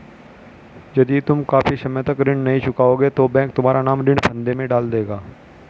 यदि तुम काफी समय तक ऋण नहीं चुकाओगे तो बैंक तुम्हारा नाम ऋण फंदे में डाल देगा